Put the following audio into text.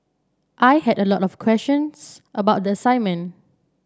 I had a lot of questions about the assignment